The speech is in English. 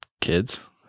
kids